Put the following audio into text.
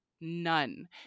None